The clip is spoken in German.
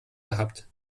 gehabt